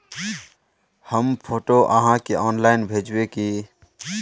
हम फोटो आहाँ के ऑनलाइन भेजबे की?